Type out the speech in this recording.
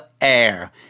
air